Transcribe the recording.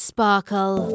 Sparkle